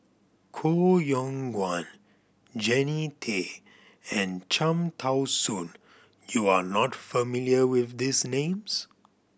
Koh Yong Guan Jannie Tay and Cham Tao Soon you are not familiar with these names